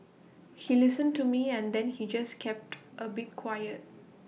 he listened to me and then he just kept A bit quiet